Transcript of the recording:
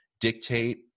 dictate